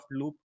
Loop